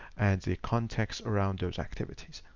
and the context around those activities.